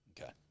Okay